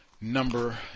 number